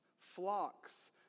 flocks